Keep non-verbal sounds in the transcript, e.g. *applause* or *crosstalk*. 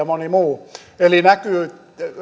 *unintelligible* moni muu tuossa luetteli eli näkyy